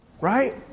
Right